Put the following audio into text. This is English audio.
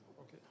Okay